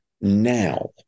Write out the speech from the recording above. Now